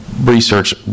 research